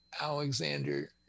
Alexander